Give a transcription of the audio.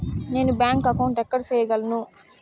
నేను bank account ఎక్కడ సేయగలను